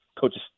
Coaches